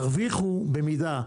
תרוויחו במידה.